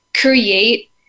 create